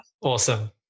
Awesome